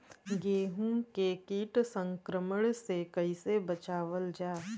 गेहूँ के कीट संक्रमण से कइसे बचावल जा?